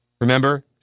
Remember